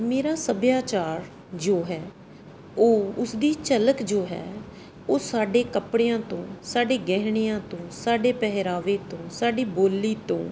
ਮੇਰਾ ਸੱਭਿਆਚਾਰ ਜੋ ਹੈ ਉਹ ਉਸ ਦੀ ਝਲਕ ਜੋ ਹੈ ਉਹ ਸਾਡੇ ਕੱਪੜਿਆਂ ਤੋਂ ਸਾਡੇ ਗਹਿਣਿਆਂ ਤੋਂ ਸਾਡੇ ਪਹਿਰਾਵੇ ਤੋਂ ਸਾਡੀ ਬੋਲੀ ਤੋਂ